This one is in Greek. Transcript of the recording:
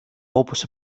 όπως